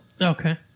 Okay